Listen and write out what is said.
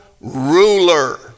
ruler